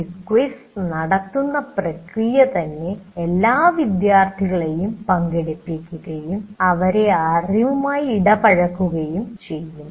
ഒരു ക്വിസ് നടത്തുന്ന പ്രക്രിയ തന്നെ എല്ലാ വിദ്യാർഥികളെയും പങ്കെടുപ്പിക്കുകയും അവരെ അറിവുമായി ഇടപഴക്കുകയും ചെയ്യും